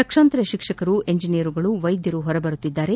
ಲಕ್ಷಾಂತರ ಶಿಕ್ಷಕರು ಎಂಜಿನಿಯರುಗಳು ವೈದ್ಯರು ಹೊರಬರುತ್ತಿದ್ದಾರೆ